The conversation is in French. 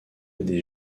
des